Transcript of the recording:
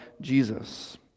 Jesus